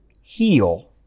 heal